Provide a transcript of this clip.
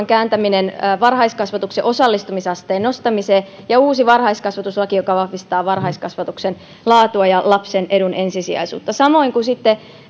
kääntäminen varhaiskasvatuksen osallistumisasteen nostamiseen ja uusi varhaiskasvatuslaki joka vahvistaa varhaiskasvatuksen laatua ja lapsen edun ensisijaisuutta samoin kuin sitten